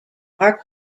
are